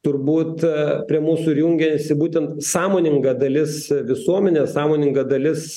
turbūt prie mūsų ir jungiasi būtent sąmoninga dalis visuomenės sąmoninga dalis